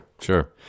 sure